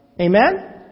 Amen